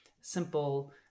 simple